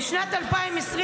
בשנת 2020,